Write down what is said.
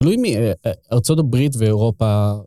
גלוי מארצות הברית ואירופה.